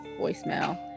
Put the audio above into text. Voicemail